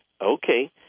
Okay